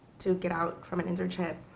to get out from an internship.